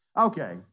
Okay